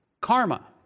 Karma